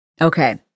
Okay